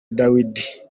dawidi